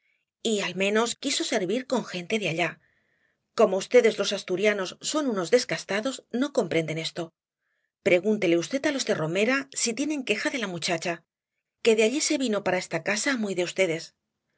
y al menos quiso servir con gente de allá como vds los asturianos son unos descastados no comprenden esto pregúntele v á las de romera si tienen queja de la muchacha que de allí se vino para esta casa muy de